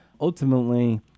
ultimately